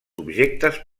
objectes